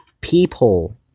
People